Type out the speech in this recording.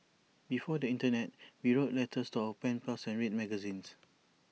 before the Internet we wrote letters to our pen pals and read magazines